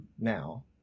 now